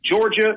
Georgia